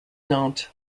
nantes